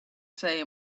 say